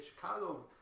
chicago